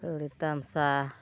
ᱠᱟᱹᱣᱰᱤ ᱛᱟᱢᱥᱟ